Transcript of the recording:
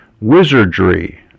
Wizardry